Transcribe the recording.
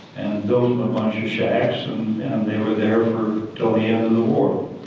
built um a bunch of shacks and they were there til the end of the war.